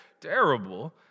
terrible